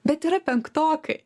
bet yra penktokai